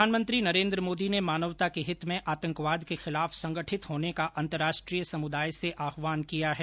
प्रधानमंत्री नरेन्द्र मोदी ने मानवता के हित में आतंकवाद के खिलाफ संगठित होने का अंतर्राष्ट्रीय समुदाय से आहवान किया है